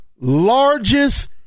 largest